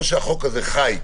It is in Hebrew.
או החוק הזה חי,